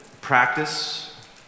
practice